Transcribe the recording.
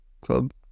club